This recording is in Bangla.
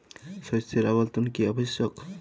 শস্যের আবর্তন কী আবশ্যক?